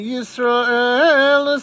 Yisrael